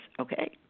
okay